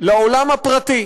לעולם הפרטי.